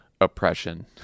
oppression